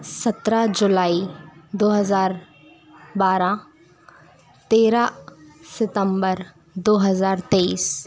सत्रह जुलाई दो हज़ार बारह तेरह सितम्बर दो हज़ार तेईस